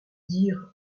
dire